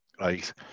right